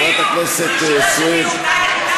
חברת הכנסת סויד,